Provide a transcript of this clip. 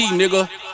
nigga